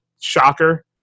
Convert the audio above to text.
Shocker